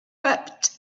wept